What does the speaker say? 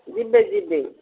ଯିବେ ଯିବେ